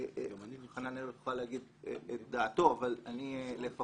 חנן ארליך יוכל להגיד את דעתו לפחות